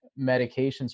medications